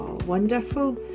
wonderful